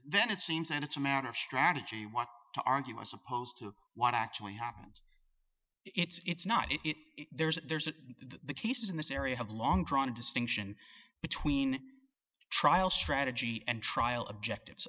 then it seems that it's a matter of strategy what to argue as opposed to what actually happens it's not it there's that the case is in this area have long drawn a distinction between trial strategy and trial objectives